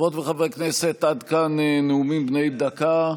חברות וחברי הכנסת, עד כאן נאומים בני דקה.